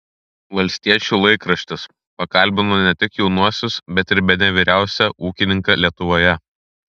valstiečių laikraštis pakalbino ne tik jaunuosius bet ir bene vyriausią ūkininką lietuvoje